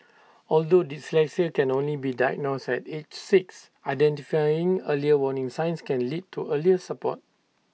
although dyslexia can only be diagnosed at age six identifying early warning signs can lead to earlier support